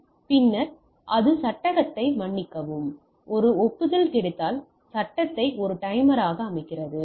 பின்னர் அது சட்டத்தை மன்னிக்கவும் ஒப்புதல் கிடைத்தால் சட்டத்தை ஒரு டைமரை அமைக்கிறது